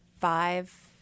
five